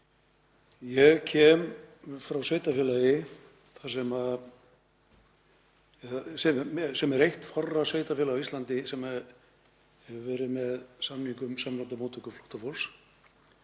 Ég kem úr sveitarfélagi sem er eitt fárra sveitarfélaga á Íslandi sem hefur verið með samning um samræmda móttöku flóttafólks.